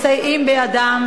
מסייעים בידה.